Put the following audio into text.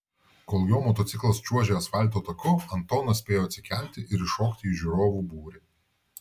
kol jo motociklas čiuožė asfalto taku antonas spėjo atsikelti ir įšokti į žiūrovų būrį